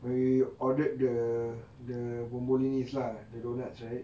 we ordered the the bombolinis lah the donuts right